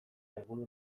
helburu